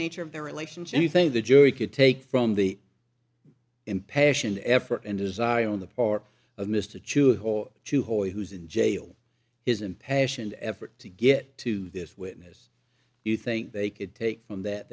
nature of the relationship you think the jury could take from the impassioned effort and desire on the part of mr to hole to hole who's in jail his impassioned effort to get to this witness you think they could take from that